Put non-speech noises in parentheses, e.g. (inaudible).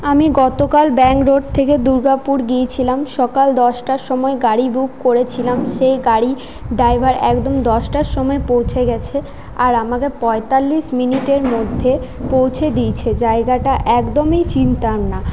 আমি গতকাল bank road থেকে দুর্গাপুর গিয়েছিলাম সকাল দশটার সময় গাড়ি বুক করেছিলাম (unintelligible) সেই গাড়ি ড্রাইভার একদম দশটার সময় পৌঁছে গেছে আর আমাকে পঁয়তাল্লিশ মিনিটের (unintelligible) মধ্যে পৌঁছে দিয়েছে জায়গাটা একদমই চিনতাম না